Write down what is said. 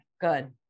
good